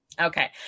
Okay